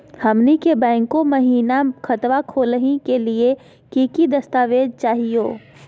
हमनी के बैंको महिना खतवा खोलही के लिए कि कि दस्तावेज चाहीयो?